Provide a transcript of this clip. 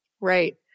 Right